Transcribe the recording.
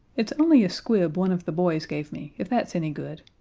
it's only a squib one of the boys gave me, if that's any good.